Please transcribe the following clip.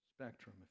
spectrum